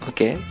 Okay